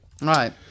Right